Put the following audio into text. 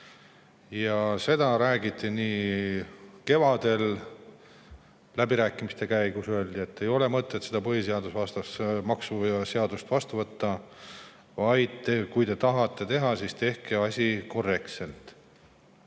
Seda räägiti kevadel läbirääkimiste käigus, öeldi, et ei ole mõtet seda põhiseadusvastast maksuseadust vastu võtta, vaid kui te tahate teha, siis tehke asi korrektselt.